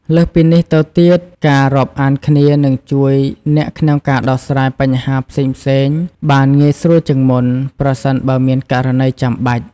លើសពីនេះទៅទៀត ការរាប់អានគ្នានឹងជួយអ្នកក្នុងការដោះស្រាយបញ្ហាផ្សេងៗបានងាយស្រួលជាងមុន ប្រសិនបើមានករណីចាំបាច់។